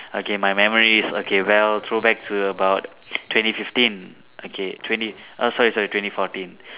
okay my memories okay well throw back to about twenty fifteen okay twenty err sorry sorry twenty fourteen